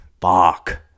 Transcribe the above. Fuck